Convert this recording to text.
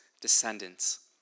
descendants